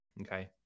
Okay